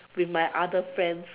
with my other friends